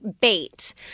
bait